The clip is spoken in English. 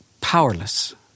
powerless